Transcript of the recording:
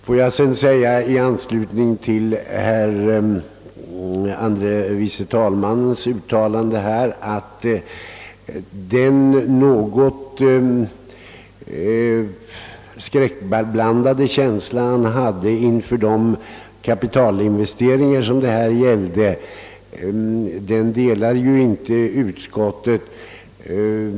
Den något skräckblandade känsla som herr andre vice talmannen hyser inför de kapitalinvesteringar det här gäller delas inte av utskottet.